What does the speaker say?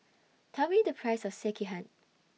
Tell Me The Price of Sekihan